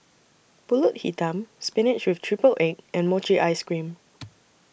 Pulut Hitam Spinach with Triple Egg and Mochi Ice Cream